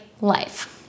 life